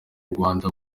rwanda